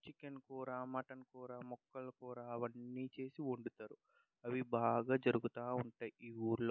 chicken కూర mutton కూర ముక్కల కూర అవన్నీ చేసి వండుతారు అవి బాగా జరుగుతా ఉంటాయి ఈ ఊర్లో